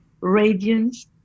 radiance